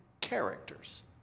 characters